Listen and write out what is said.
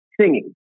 singing